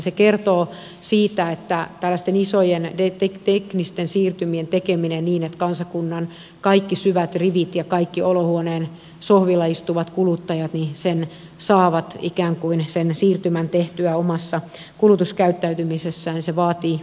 se kertoo siitä että tällaisten isojen teknisten siirtymien tekeminen niin että kansakunnan kaikki syvät rivit ja kaikki olohuoneen sohvilla istuvat kuluttajat saavat ikään kuin sen siirtymän tehtyä omassa kulutuskäyttäytymisessään vaatii omalta osaltaan aikaa